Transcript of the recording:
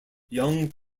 young